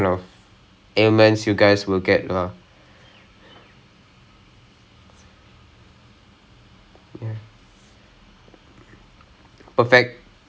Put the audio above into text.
yup and and exactly because he plays cricket he understands what we go through and he's a sports doctor it was like the man is like uh